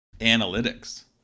analytics